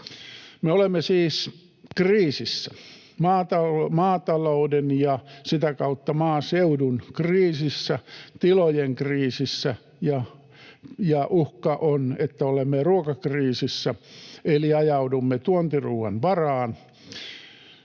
Me olemme siis kriisissä, maatalouden ja sitä kautta maaseudun kriisissä, tilojen kriisissä, ja uhkana on, että olemme ruokakriisissä eli ajaudumme tuontiruoan varaan.